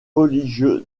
religieux